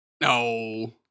no